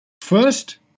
First